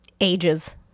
Ages